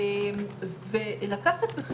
ודווקא בזה אנחנו יכולים להרגיע,